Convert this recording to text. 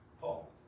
Paul